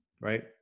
right